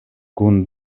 kun